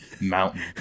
mountain